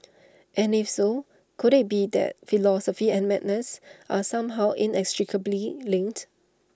and if so could IT be that philosophy and madness are somehow inextricably linked